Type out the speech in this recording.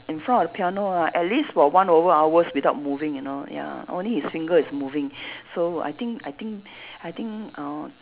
in front of piano ah at least for one over hours without moving you know ya only his finger is moving so I think I think I think uh